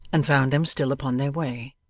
and found them still upon their way.